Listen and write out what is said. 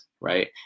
right